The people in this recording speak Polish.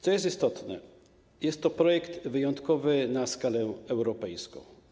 Co istotne, jest to projekt wyjątkowy na skalę europejską.